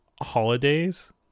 holidays